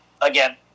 again